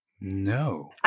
No